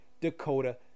dakota